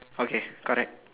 okay correct